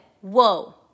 whoa